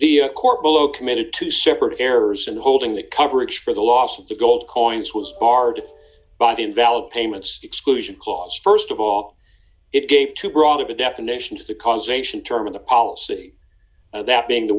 the court below committed two separate errors in holding that coverage for the loss of the gold coins was art but invalid payments exclusion clause st of all it gave too broad of a definition to the causation term of the policy that being the